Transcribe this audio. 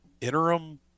interim